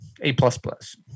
A-plus-plus